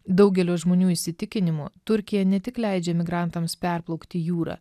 daugelio žmonių įsitikinimu turkija ne tik leidžia migrantams perplaukti jūrą